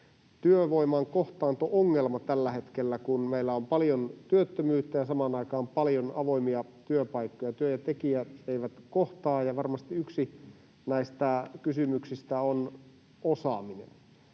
työvoiman kohtaanto-ongelma tällä hetkellä, kun meillä on paljon työttömyyttä ja samaan aikaan paljon avoimia työpaikkoja. Työ ja tekijät eivät kohtaa, ja varmasti yksi näistä kysymyksistä on osaaminen.